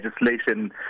legislation